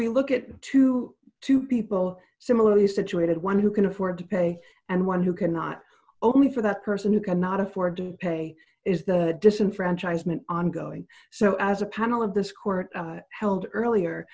we look at to two people similarly situated one who can afford to pay and one dollar who cannot only for that person who cannot afford to pay is the disenfranchisement ongoing so as a panel of this court held earlier